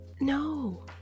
No